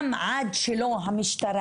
גם עד שהמשטרה,